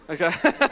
Okay